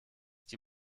die